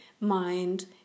mind